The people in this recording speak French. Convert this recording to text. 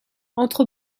entre